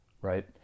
right